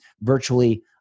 virtually